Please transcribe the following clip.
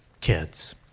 kids